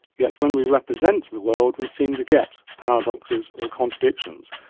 yet when we represent the world we seem to get paradoxes or contradictions.